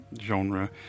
genre